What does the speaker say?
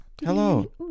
Hello